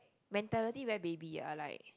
mentality very baby ah like